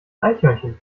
eichhörnchen